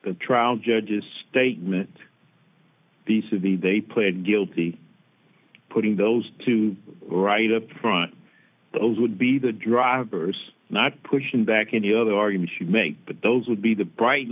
the trial judges statement these to be they pled guilty putting those two right up front those would be the drivers not pushing back in the other arguments you make but those would be the bright